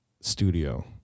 Studio